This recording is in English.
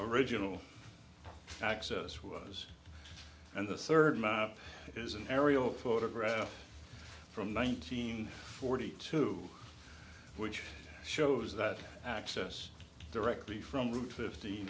original access was and the surge is an aerial photograph from nineteen forty two which shows that access directly from route fifty